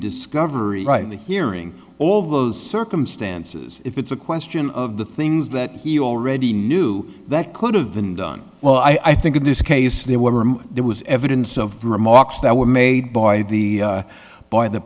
discovery right in the hearing all those circumstances if it's a question of the things that he already knew that could have been done well i think in this case there were there was evidence of the remarks that were made by the by the